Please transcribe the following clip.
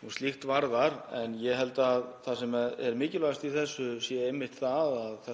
og slíkt varðar en ég held að það sem er mikilvægast í þessu sé einmitt það